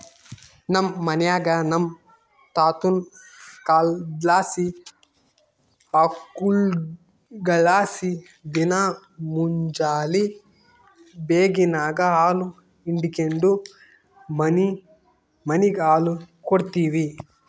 ನಮ್ ಮನ್ಯಾಗ ನಮ್ ತಾತುನ ಕಾಲದ್ಲಾಸಿ ಆಕುಳ್ಗುಳಲಾಸಿ ದಿನಾ ಮುಂಜೇಲಿ ಬೇಗೆನಾಗ ಹಾಲು ಹಿಂಡಿಕೆಂಡು ಮನಿಮನಿಗ್ ಹಾಲು ಕೊಡ್ತೀವಿ